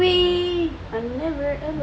we are never ever ever